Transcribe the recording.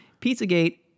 Pizzagate